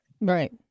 Right